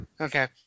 Okay